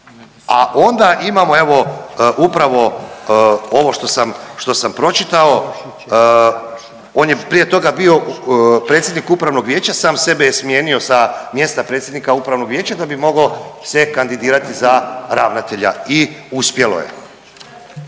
A onda imamo evo upravo ovo što sam pročitao. On je prije toga bio predsjednik Upravnog vijeća. Sam sebe je smijenio sa mjesta predsjednika Upravnog vijeća da bi mogao se kandidirati za ravnatelja i uspjelo je.